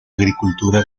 agricultura